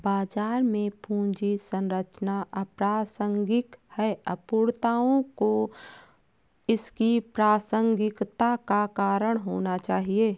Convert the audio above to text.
बाजार में पूंजी संरचना अप्रासंगिक है, अपूर्णताओं को इसकी प्रासंगिकता का कारण होना चाहिए